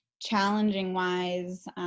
challenging-wise